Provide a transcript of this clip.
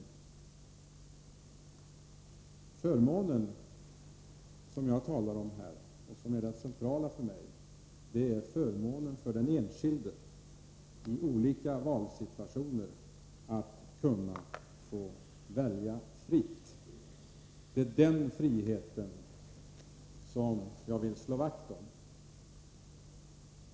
Den förmån som jag talar om här och som är det centrala för mig är förmånen för den enskilde att i olika valsituationer få välja fritt. Det är den friheten som jag vill slå vakt om.